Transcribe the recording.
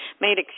made